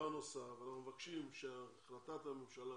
אנחנו מבקשים שהחלטת הממשלה